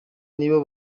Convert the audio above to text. nibo